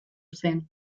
zen